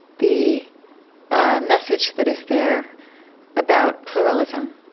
the ah message that is there about pluralism?